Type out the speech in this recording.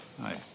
Hi